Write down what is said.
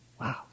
Wow